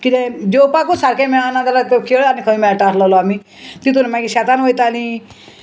किदें जेवपाकूच सारकें मेळना जाल्यार तो खेळ आनी खंय मेळटा आसलेलो आमी तितून मागीर शेतान वयताली